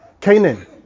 Canaan